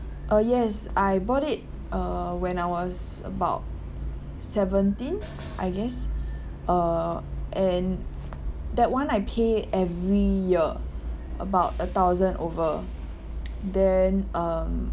uh yes I bought it uh when I was about seventeen I guess uh and that [one] I pay every year about a thousand over then um